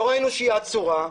לא ראינו שהיא עצורה,